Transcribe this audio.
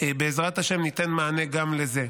בעזרת השם ניתן מענה גם לזה.